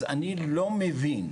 אז אני לא מבין,